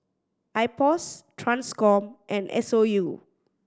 IPOS Transcom and S O U